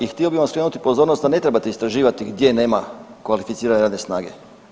I htio bih vam skrenuti pozornost da ne trebate istraživati gdje nema kvalificirane radne snage.